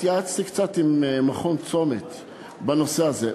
התייעצתי קצת עם מכון צומת בנושא הזה,